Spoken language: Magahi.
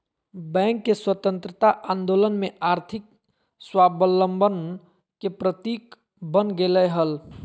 भारत के स्वतंत्रता आंदोलन में आर्थिक स्वाबलंबन के प्रतीक बन गेलय हल